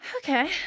Okay